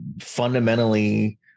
fundamentally